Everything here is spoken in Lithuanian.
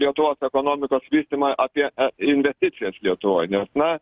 lietuvos ekonomikos vystymą apie investicijas lietuvoj na